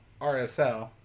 RSL